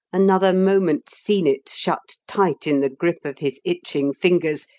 another moment seen it shut tight in the grip of his itching fingers,